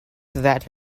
that